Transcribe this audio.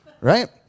right